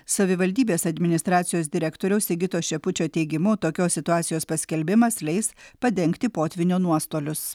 savivaldybės administracijos direktoriaus sigito šepučio teigimu tokios situacijos paskelbimas leis padengti potvynio nuostolius